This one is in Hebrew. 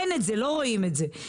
אין את זה, לא רואים את זה.